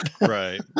Right